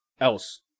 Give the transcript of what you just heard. else